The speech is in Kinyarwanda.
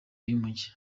y’umujyi